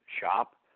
shop